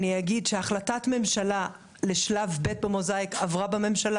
אני אגיד שהחלטת ממשלה לשלב ב' ב-Mosaic עברה בממשלה